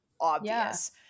obvious